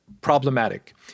problematic